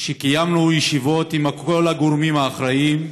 כשקיימנו ישיבות עם כל הגורמים האחראים,